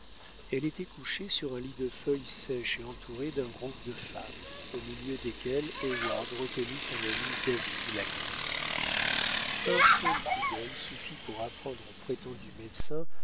elle était couchée sur un lit de feuilles sèches et entourée d'un groupe de femmes au milieu desquelles heyward reconnut son ami david la gamme un seul coup d'œil suffit pour apprendre au prétendu médecin